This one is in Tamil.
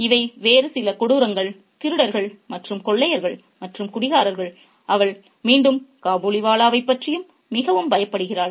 இவை வேறு சில கொடூரங்கள் திருடர்கள் மற்றும் கொள்ளையர்கள் மற்றும் குடிகாரர்கள் அவள் மீண்டும் காபூலிவாலாவைப் பற்றியும் மிகவும் பயப்படுகிறாள்